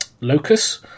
locus